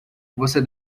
você